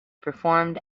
performed